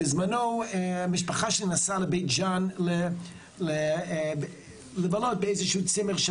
בזמנו המשפחה שלי נסעה לבית ג'אן לבלות באיזשהו צימר.